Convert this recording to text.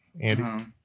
Andy